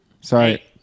sorry